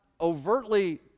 overtly